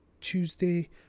tuesday